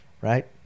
right